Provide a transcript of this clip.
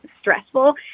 stressful